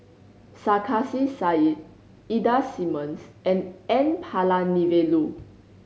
Sarkasi Said Ida Simmons and N Palanivelu